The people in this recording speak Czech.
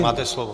Máte slovo.